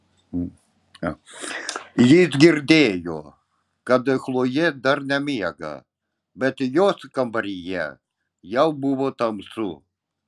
jis girdėjo kad chlojė dar nemiega bet jos kambaryje jau buvo tamsu